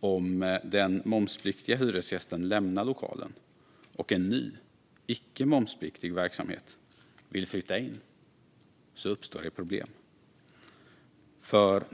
om den momspliktiga hyresgästen lämnar lokalen och en ny icke momspliktig verksamhet vill flytta in uppstår problem.